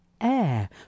air